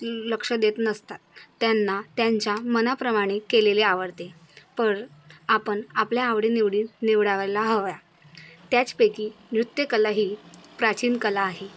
लक्ष देत नसतात त्यांना त्यांच्या मनाप्रमाणे केलेले आवडते परत आपण आपल्या आवडीनिवडी निवडायला हव्या त्याचपैकी नृत्यकला ही प्राचीन कला आहे